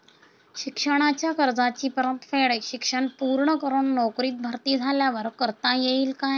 शिक्षणाच्या कर्जाची परतफेड शिक्षण पूर्ण करून नोकरीत भरती झाल्यावर करता येईल काय?